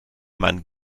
man